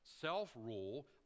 Self-rule